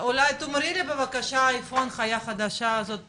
תאמרי לי בבקשה, איפה ההנחיה החדשה הזאת פורסמה?